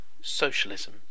Socialism